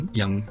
yang